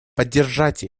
поддержать